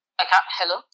Hello